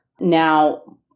Now